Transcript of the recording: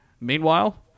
Meanwhile